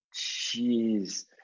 Jeez